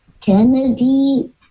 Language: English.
Kennedy